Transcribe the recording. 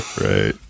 Right